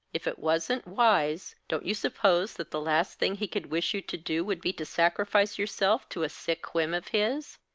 if it wasn't wise, don't you suppose that the last thing he could wish you to do would be to sacrifice yourself to a sick whim of his?